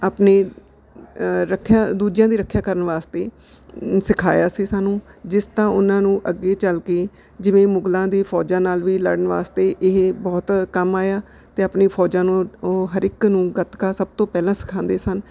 ਆਪਣੇ ਰੱਖਿਆ ਦੂਜਿਆਂ ਦੀ ਰੱਖਿਆ ਕਰਨ ਵਾਸਤੇ ਸਿਖਾਇਆ ਸੀ ਸਾਨੂੰ ਜਿਸ ਦਾ ਉਹਨਾਂ ਨੂੰ ਅੱਗੇ ਚੱਲ ਕੇ ਜਿਵੇਂ ਮੁਗਲਾਂ ਦੀ ਫੌਜਾਂ ਨਾਲ ਵੀ ਲੜਨ ਵਾਸਤੇ ਇਹ ਬਹੁਤ ਕੰਮ ਆਇਆ ਅਤੇ ਆਪਣੀ ਫੌਜਾਂ ਨੂੰ ਉਹ ਹਰ ਇੱਕ ਨੂੰ ਗਤਕਾ ਸਭ ਤੋਂ ਪਹਿਲਾਂ ਸਿਖਾਉਂਦੇ ਸਨ